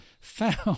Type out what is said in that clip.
found